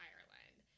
Ireland